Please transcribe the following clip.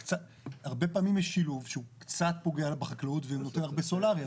הרבה פעמים יש שילוב שהוא קצת פוגע בחקלאות ונותן הרבה סולרי.